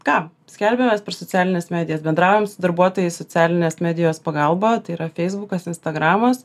ką skelbiamės per socialines medijas bendraujam su darbuotojais socialinės medijos pagalba tai yra feisbukas instagramas